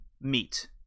meet